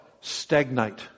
stagnate